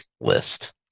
list